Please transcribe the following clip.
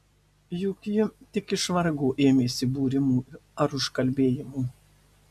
juk ji tik iš vargo ėmėsi būrimų ar užkalbėjimų